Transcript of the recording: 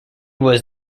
was